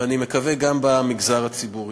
ואני מקווה שגם במגזר הציבורי.